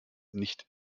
nicht